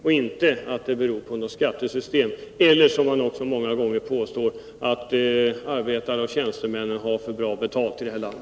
Det beror inte på något skattesystem eller, som man många gånger påstår, på att arbetare och tjänstemän har för bra betalt i detta land.